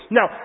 Now